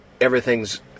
everything's